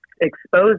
expose